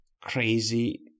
crazy